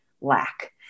lack